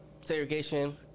segregation